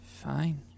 Fine